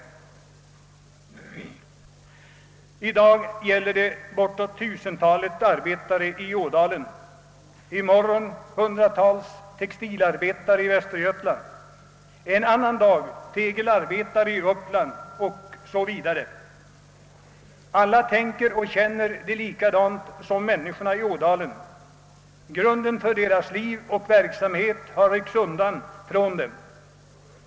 I dag gäller det bortåt tusentalet arbetare i Ådalen, i morgon hundratals textilarbetare i Västergötland, en annan dag tegelarbetare i Uppland o. s. v. Alla tänker och känner likadant som människorna i Ådalen. Grunden för deras liv och verksamhet har ryckts från dem.